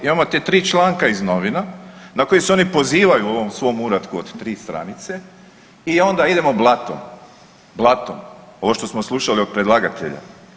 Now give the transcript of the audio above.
Imamo ta 3 članka iz novina na koje se oni pozivaju u ovom svom uratku od 3 stranice i onda idemo blato, blato, ovo što smo slušali od predlagatelja.